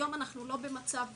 היום אנחנו לא במצב